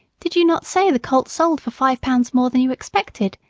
did you not say the colt sold for five pounds more than you expected?